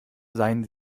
seien